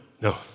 No